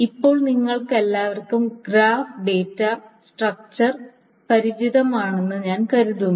ഇപ്പോൾ നിങ്ങൾക്കെല്ലാവർക്കും graph data structure പരിചിതമാണെന്ന് ഞാൻ കരുതുന്നു